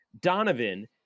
Donovan